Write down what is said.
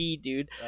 dude